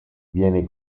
viene